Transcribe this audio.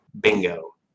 Bingo